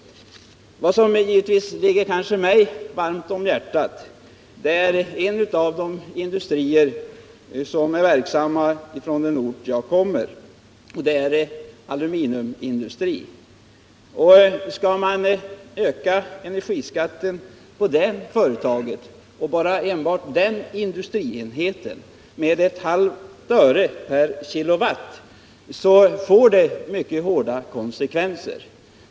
Vad som givetvis ligger mig varmt om hjärtat är en av de industrier som finns på den ort varifrån jag kommer. Det är en aluminiumindustri. Om man ökar energiskatten för det företaget, alltså enbart för den industrienheten, med ett halvt öre per kWh får det mycket hårda konsekvenser.